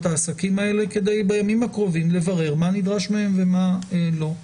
העסקים האלה כדי בימים הקרובים לברר מה נדרש מהם ומה לא.